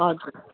हजुर